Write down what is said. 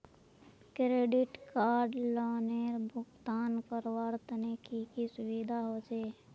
Credit card लोनेर भुगतान करवार तने की की सुविधा होचे??